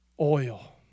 oil